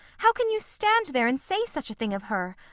how can you stand there and say such a thing of her?